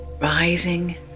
rising